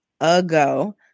ago